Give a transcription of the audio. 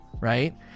right